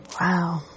Wow